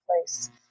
place